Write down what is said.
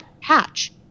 patch